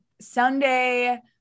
Sunday